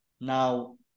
now